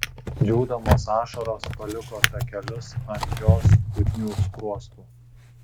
džiūdamos ašaros paliko takelius ant jos putnių skruostų